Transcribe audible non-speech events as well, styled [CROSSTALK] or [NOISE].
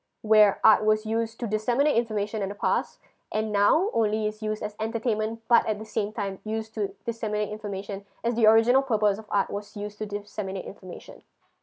where art was used to disseminate information in the past [BREATH] and now only is used as entertainment but at the same time use to disseminate information as the original purpose of art was used to disseminate information